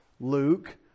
Luke